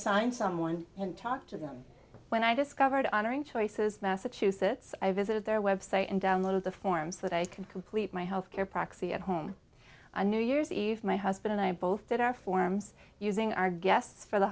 n someone and talk to them when i discovered honoring choices massachusetts i visited their website and download the forms that i can complete my health care proxy at home a new year's eve my husband and i both did our forms using our guests for the